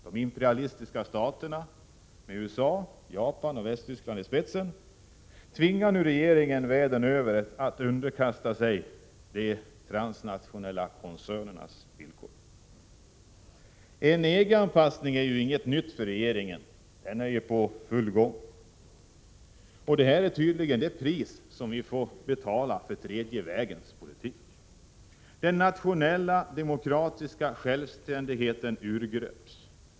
De imperialistiska staterna, med USA, Japan och Västtyskland i spetsen, tvingar nu regeringarna världen över att underkasta sig de transnationella koncernernas villkor. EG-anpassningen är inget nytt för regeringen — den är i full gång. Det är tydligen det pris som vi får betala för ”tredje vägens politik”. Den nationella demokratiska självständigheten urgröps.